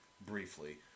briefly